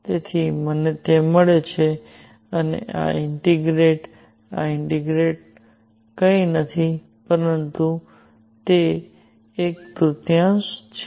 તેથી મને તે મળે છે અને આ ઇન્ટીગ્રેટ આ ઇન્ટીગ્રેટ કંઈ નથી પરંતુ એક તૃતીયાંશ છે